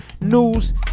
news